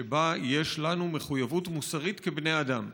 שבה יש לנו מחויבות מוסרית כבני אדם.